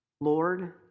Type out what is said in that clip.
Lord